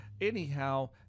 anyhow